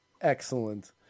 Excellent